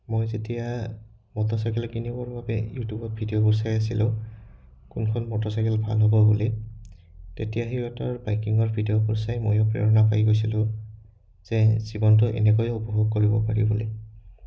মই যেতিয়া মটৰচাইকেল কিনিবৰ বাবে ইউটিউবত ভিডিঅ'বোৰ চাই আছিলোঁ কোনখন মটৰচাইকেল ভাল হ'ব বুলি তেতিয়া সিহঁতৰ বাইকিঙৰ ভিডিঅ'বোৰ চাই ময়ো প্ৰেৰণা পাই গৈছিলোঁ যে জীৱনটো এনেকৈয় উপভোগ কৰিব পাৰি বুলি